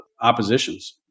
oppositions